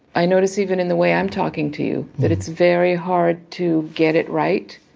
i noticed even in the way i'm talking to you that it's very hard to get it right.